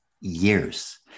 years